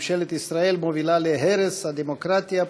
ממשלת ישראל מובילה להרס הדמוקרטיה,